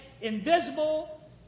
invisible